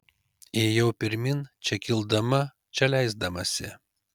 ėjau pirmyn čia kildama čia leisdamasi